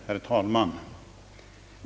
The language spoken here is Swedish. Herr talman!